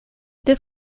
this